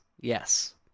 Yes